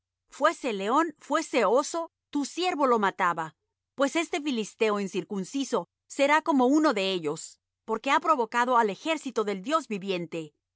fuese león fuese oso tu siervo lo mataba pues este filisteo incircunciso será como uno de ellos porque ha provocado al ejército del dios viviente y